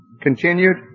continued